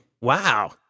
Wow